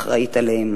אחראית להם.